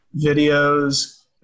videos